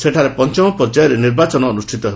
ସେଠାରେ ପଞ୍ଚମ ପର୍ଯ୍ୟାୟରେ ନିର୍ବାଚନ ଅନୁଷ୍ଠିତ ହେବ